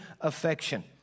affection